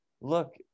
look